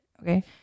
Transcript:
Okay